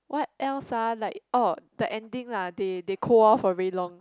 what else ah like orh the ending ah they they cold war for very long